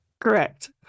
correct